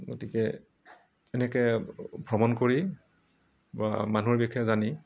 গতিকে এনেকৈ ভ্ৰমণ কৰি মানুহৰ বিষয়ে জানি